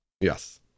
Yes